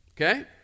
Okay